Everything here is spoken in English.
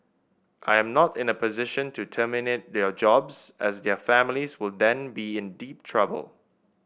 I am not in a position to terminate their jobs as their families will then be in deep trouble